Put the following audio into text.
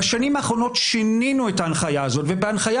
בשנים האחרונות שינינו את ההנחיה הזאת ובהנחיה